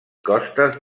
costes